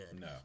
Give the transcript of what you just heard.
No